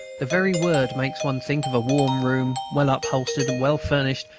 the very word makes one think of a warm room, well upholstered, well furnished,